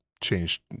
changed